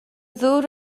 ddŵr